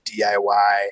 DIY